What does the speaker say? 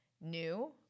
new